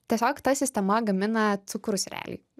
tiesiog ta sistema gamina cukrus realiai